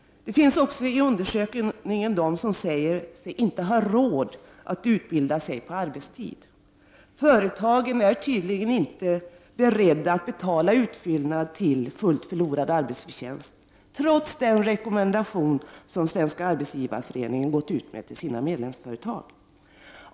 Det finns också i undersökningen de som säger sig inte ha råd att utbilda sig på arbetstid. Företagen är tydligen inte beredda att betala utfyllnad till fullt förlorad arbetsförtjänst, trots den rekommendation som Svenska arbetsgivareföreningen gått ut med till sina medlemsföretag.